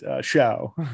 show